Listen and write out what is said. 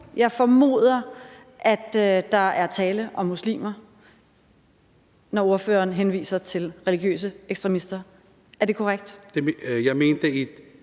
Jeg formoder, at der er tale om muslimer, når ordføreren henviser til religiøse ekstremister. Er det korrekt?